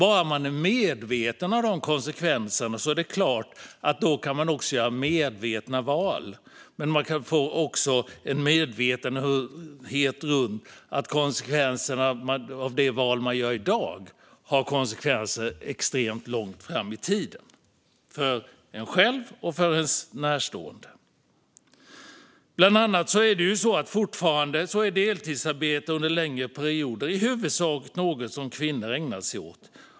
Är man bara medveten om de konsekvenserna kan man såklart göra medvetna val. Men man får också vara medveten om att de val man gör i dag har konsekvenser extremt långt fram i tiden - för en själv och för ens närstående. Bland annat är deltidsarbete under längre perioder fortfarande något som i huvudsak kvinnor ägnar sig åt.